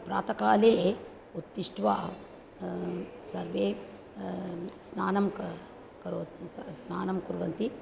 प्रातःकाले उत्तिष्ठ्वा सर्वे स्नानं क करोति स स्नानं कुर्वन्ति